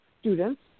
students